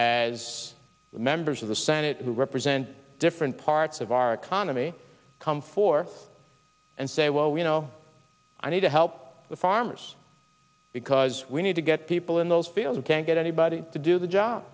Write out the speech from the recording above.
the members of the senate who represent different parts of our economy come forth and say well you know i need to help the farmers because we need to get people in those fields can't get anybody to do the job